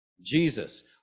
Jesus